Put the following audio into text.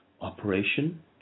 operation